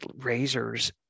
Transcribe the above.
razors